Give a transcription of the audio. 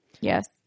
Yes